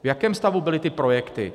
V jakém stavu byly ty projekty?